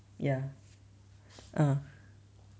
ya uh